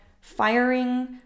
firing